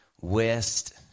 west